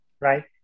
right